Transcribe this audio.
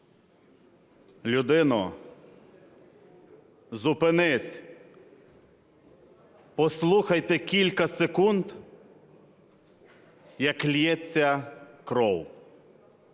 Людино, зупинись! Послухайте кілька секунд, як ллється кров.